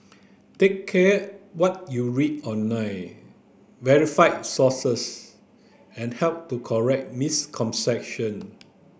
take care what you read online verify sources and help to correct misconception